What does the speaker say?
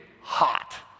hot